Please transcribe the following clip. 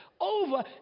over